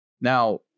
now